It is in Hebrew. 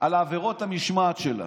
על עבירות המשמעת שלה,